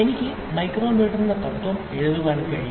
എനിക്ക് മൈക്രോമീറ്ററിന്റെ തത്വം എഴുതാൻ കഴിയും